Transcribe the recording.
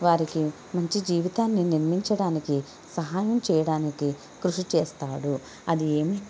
వారికి మంచి జీవితాన్ని నిర్మించడానికి సహాయం చేయడానికి కృషి చేస్తాడు అది